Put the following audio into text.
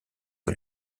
que